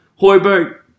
Hoiberg